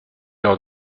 leur